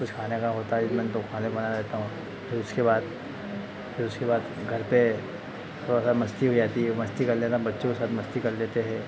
कुछ खाने का होता है मेन तो खाने बना लेता हूँ फिर उसके बाद फिर उसके बाद घर पे थोड़ा सा मस्ती हो जाती है मस्ती कर लेना बच्चों के साथ मस्ती कर लेते हैं